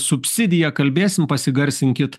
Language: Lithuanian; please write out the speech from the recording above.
subsidiją kalbėsim pasigarsinkit